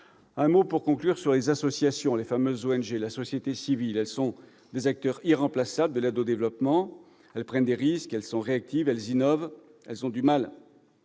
Un mot, pour conclure, sur les associations, les fameuses ONG, autrement dit la société civile : elles sont des acteurs irremplaçables de l'aide au développement. Elles prennent des risques, elles sont réactives, elles innovent, elles agissent là